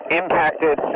impacted